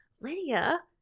Lydia